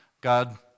God